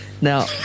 now